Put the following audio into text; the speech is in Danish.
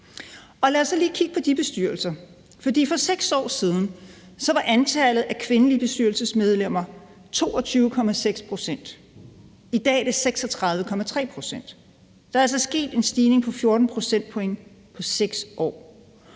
For 6 år siden udgjorde antallet af kvindelige bestyrelsesmedlemmer 22,6 pct. I dag er det 36,3 pct. Der er altså sket en stigning på 14 procentpoint på 6 år.